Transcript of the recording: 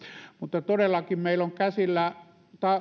mutta todellakin meillä on käsillä tämä